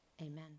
Amen